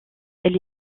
elle